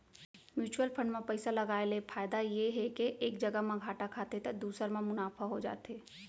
mutual fund म पइसा लगाय ले फायदा ये हे के एक जघा म घाटा खाथे त दूसर म मुनाफा हो जाथे